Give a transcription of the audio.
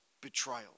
betrayal